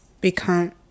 become